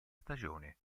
stagione